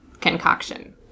concoction